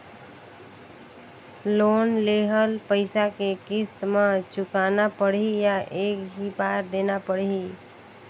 Loan लेहल पइसा के किस्त म चुकाना पढ़ही या एक ही बार देना पढ़ही?